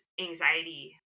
anxiety